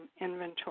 inventory